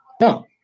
No